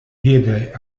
diede